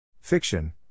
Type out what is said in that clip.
Fiction